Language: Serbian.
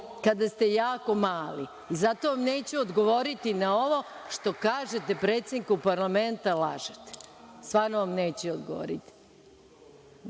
kada ste jako mali. Zato vam neću odgovoriti na ovo što kažete predsedniku parlamenta – lažete. Stvarno vam neću odgovoriti,